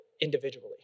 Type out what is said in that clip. individually